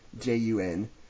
J-U-N